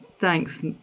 Thanks